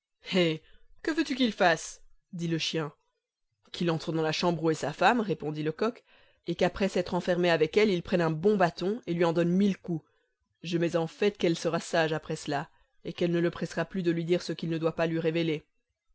hé que veux-tu qu'il fasse dit le chien qu'il entre dans la chambre où est sa femme répondit le coq et qu'après s'être enfermé avec elle il prenne un bon bâton et lui en donne mille coups je mets en fait qu'elle sera sage après cela et qu'elle ne le pressera plus de lui dire ce qu'il ne doit pas lui révéler